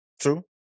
True